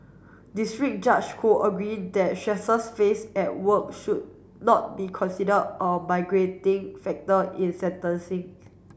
District Judge Ho agreed that stresses faced at work should not be consider a migrating factor in sentencing